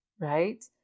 right